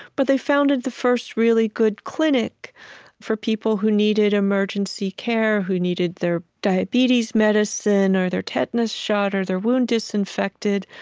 but they founded the first really good clinic for people who needed emergency care, who needed their diabetes medicine or their tetanus shot or their wound disinfected.